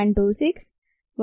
1S mM 1 0